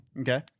Okay